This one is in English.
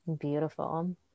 Beautiful